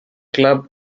club